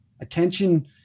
Attention